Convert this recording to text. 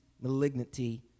malignity